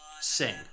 sing